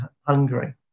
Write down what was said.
Hungary